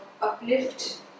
uplift